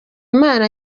imana